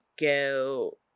go